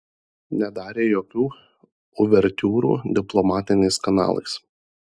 nedarė jokių uvertiūrų diplomatiniais kanalais